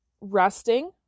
resting